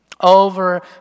Over